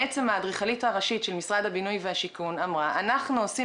האדריכלית הראשית של משרד הבינוי והשיכון אמרה: אנחנו עושים